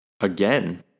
Again